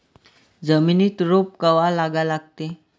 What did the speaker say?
जमिनीत रोप कवा लागा लागते?